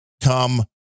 come